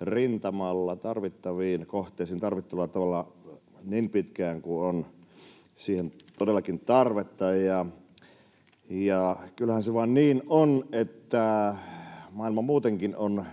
rintamalla tarvittaviin kohteisiin tarvittavalla tavalla niin pitkään kuin siihen on todellakin tarvetta. Kyllähän se vain niin on, että maailma muutenkin on